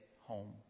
home